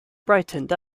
brightened